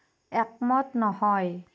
একমত নহয়